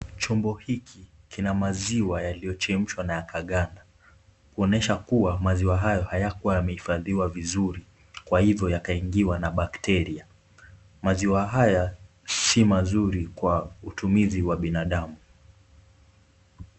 Chombo hiki kina maziwa yaliyochemshwa na yakaganda kuonyesha kuwa maziwa hayo hayakuwa yamehifadhiwa vizuri kwa hivyo yakaingiwa na bakteria. Maziwa haya si mazuri kwa utumizi wa binadamu.